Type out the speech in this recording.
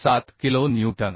07 kilo Newton